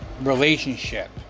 relationship